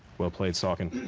well-played, saucon.